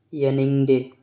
ꯌꯥꯅꯤꯡꯗꯦ